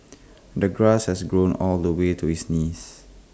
the grass has grown all the way to his knees